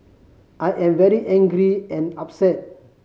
I am very angry and upset